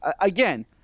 again –